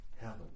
heaven